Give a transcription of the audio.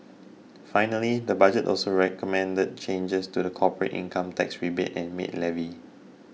finally the budget also recommended changes to the corporate income tax rebate and maid levy